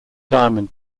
diamond